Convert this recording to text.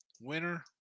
winner